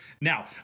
Now